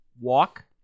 Walk